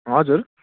हजुर